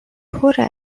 پره